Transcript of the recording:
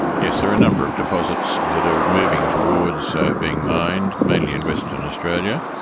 yes, there are a number of deposits that are moving towards so being mined, mainly in western australia.